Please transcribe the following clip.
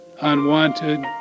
unwanted